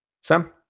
Sam